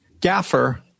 gaffer